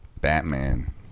Batman